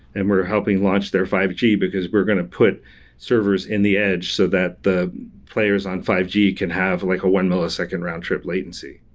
and we're helping launch their five g, because we're going to put servers in the edge so that the players on five g can have like a one millisecond round trip latency.